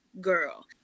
girl